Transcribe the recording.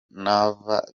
nava